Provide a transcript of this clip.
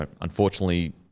unfortunately